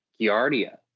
Giardia